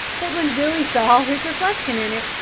but when billy saw his reflection in it,